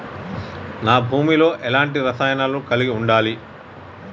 నా భూమి లో ఎలాంటి రసాయనాలను కలిగి ఉండాలి?